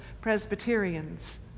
Presbyterians